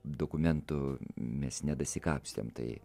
dokumentų mes nedasikapstėm tai